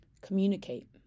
communicate